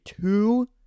two